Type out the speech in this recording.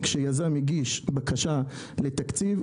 כשיזם הגיש בקשה לתקציב,